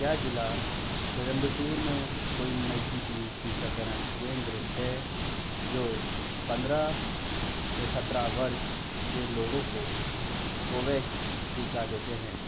क्या जिला कोयम्बटूर में कोई नज़दीकी टीकाकरण केंद्र है जो पंद्रह से सत्रह वर्ष के लोगों को कोवैक्स टीका देते हैं